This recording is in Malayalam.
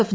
എഫ്